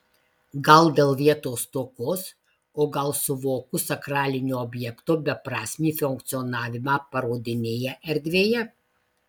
gal dėl vietos stokos o gal suvokus sakralinio objekto beprasmį funkcionavimą parodinėje erdvėje